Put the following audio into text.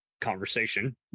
conversation